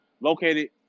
Located